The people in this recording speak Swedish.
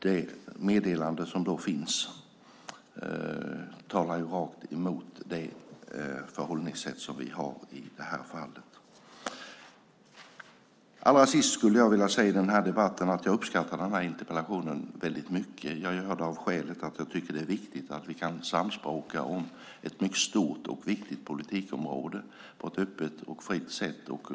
Det meddelande som finns talar rakt emot det förhållningssätt som vi har i det här fallet. Allra sist i debatten skulle jag vilja säga att jag uppskattar interpellationen väldigt mycket. Jag gör det av skälet att jag tycker att det är viktigt att vi kan samspråka om ett mycket stort och viktigt politikområde på ett öppet och fritt sätt.